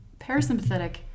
parasympathetic